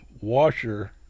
washer